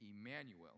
Emmanuel